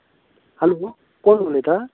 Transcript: हां हालो कोण उलयता